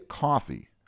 coffee